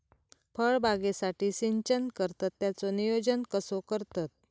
फळबागेसाठी सिंचन करतत त्याचो नियोजन कसो करतत?